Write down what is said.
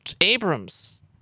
Abrams